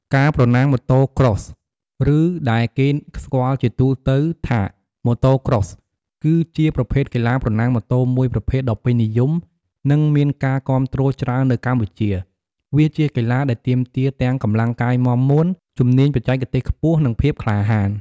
ការប្រណាំងម៉ូតូ Cross ឬដែលគេស្គាល់ជាទូទៅថា Motocross គឺជាប្រភេទកីឡាប្រណាំងម៉ូតូមួយប្រភេទដ៏ពេញនិយម និងមានការគាំទ្រច្រើននៅកម្ពុជា។ វាជាកីឡាដែលទាមទារទាំងកម្លាំងកាយមាំមួន ជំនាញបច្ចេកទេសខ្ពស់ និងភាពក្លាហាន។